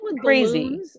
crazy